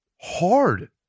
hard